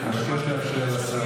יש לך שמיעה סלקטיבית.